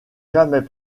jamais